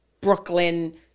Brooklyn